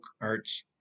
Arts